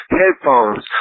headphones